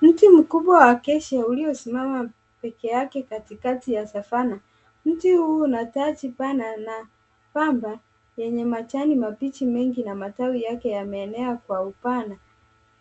Mti mkubwa wa accacia uliosimama peke yake katikati ya savana. Mti huu una taji pana na pamba yenye majani mabichi mengi na matawi yake yameenea kwa upana.